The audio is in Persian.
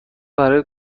برای